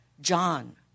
John